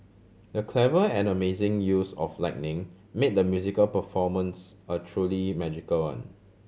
the clever and amazing use of lighting made the musical performance a truly magical one